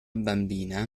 bambina